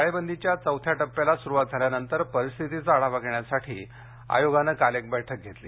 टाळेबंदीच्या चौथ्या टप्प्याला सुरुवात झाल्यानंतर परिस्थितीचा आढावा घेण्यासाठी आयोगानं काल एक बैठक घेतली